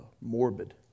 morbid